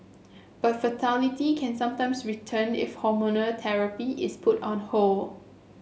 but fertility can sometimes return if hormonal therapy is put on hold